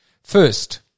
First